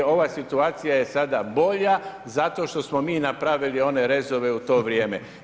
I ova situacija je sada bolja zato što smo mi napravili one rezove u to vrijeme.